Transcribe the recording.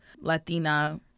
Latina